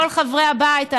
כל חברי הבית,